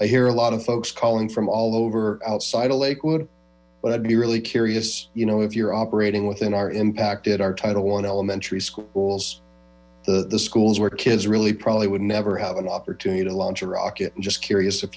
i hear a lot of folks calling from all over outside of lakewood but i'd be really curious you know if you're operating within our impacted our title one elementary schools the schools where kids really probably would never have an opportunity to launch a rocket and just curious if